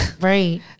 Right